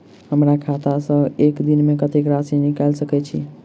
हमरा खाता सऽ एक दिन मे कतेक राशि निकाइल सकै छी